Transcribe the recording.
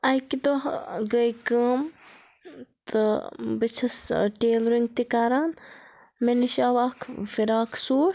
اَکہِ دۄہ گٔے کٲم تہٕ بہٕ چھَس ٹیلرِنٛگ تہِ کَران مےٚ نِش آو اَکھ فِراق سوٗٹ